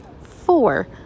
Four